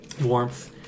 warmth